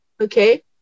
Okay